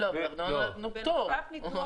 לא, בארנונה נתנו פטור.